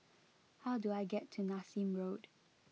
how do I get to Nassim Road